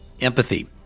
Empathy